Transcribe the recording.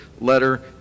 letter